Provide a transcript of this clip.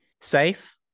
Safe